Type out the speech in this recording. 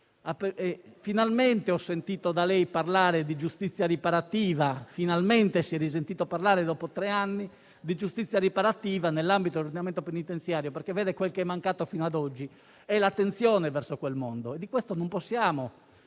Finalmente ho sentito da lei parlare di giustizia riparativa e finalmente se n'è sentito parlare di nuovo, dopo tre anni, nell'ambito dell'ordinamento penitenziario, perché quello che è mancato fino a oggi è l'attenzione verso quel mondo. Di questo non possiamo